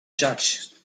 judge